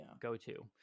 go-to